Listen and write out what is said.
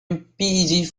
mpeg